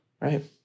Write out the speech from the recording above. right